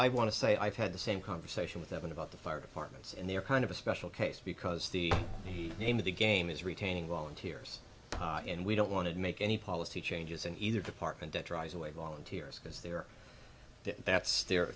i want to say i've had the same conversation with evan about the fire departments and they are kind of a special case because the name of the game is retaining wall and hears and we don't want to make any policy changes in either department that drives away volunteers because they're that's their